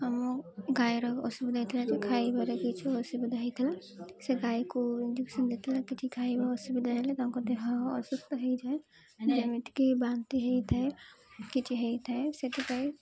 ଆମ ଗାଈର ଅସୁବିଧା ହେଇଥିଲା ଯେ ଖାଇବାରେ କିଛି ଅସୁବିଧା ହେଇଥିଲା ସେ ଗାଈକୁ ଇଞ୍ଜେକ୍ସନ୍ ଦେଇଥିଲା କିଛି ଖାଇବା ଅସୁବିଧା ହେଲେ ତାଙ୍କ ଦେହ ଅସୁସ୍ଥ ହେଇଯାଏ ଯେମିତିକି ବାନ୍ତି ହେଇଥାଏ କିଛି ହେଇଥାଏ ସେଥିପାଇଁ